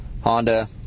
Honda